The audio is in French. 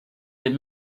des